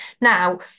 Now